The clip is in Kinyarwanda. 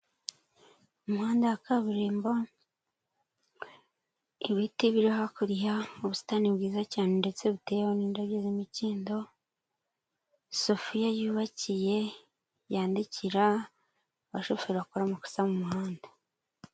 Umuhanda wa kaburimbo ibiti biri hakurya, ubusitani bwiza cyane ndetse bu buteyeho n'indabyo z'imikindo, sofiya yubakiye yandikira abashoferi bakora amakosa mu muhanda.